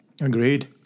Agreed